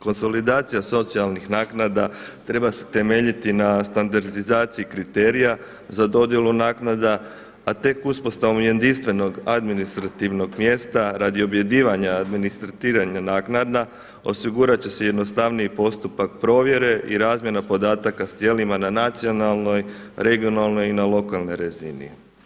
Konsolidacija socijalnih naknada treba se temeljiti na standardizaciji kriterija za dodjelu naknadu, a tek uspostavom jedinstvenog administrativnog mjesta radi objedinjavanja administriranja naknada osigurat će se jednostavniji postupak provjere i razmjena podataka sa tijelima na nacionalnoj, regionalnoj i na lokalnoj razini.